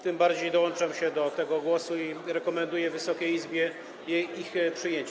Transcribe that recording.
Tym bardziej dołączam się do tego głosu i rekomenduję Wysokiej Izbie ich przyjęcie.